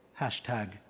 hashtag